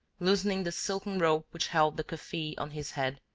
loosening the silken rope which held the kufiyeh on his head,